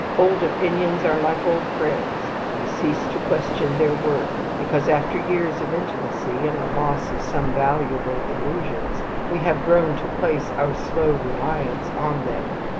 old opinions are like old friends we cease to question their worth because, after years of intimacy and the loss of some valuable illusions, we have grown to place our slow reliance on them.